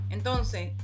Entonces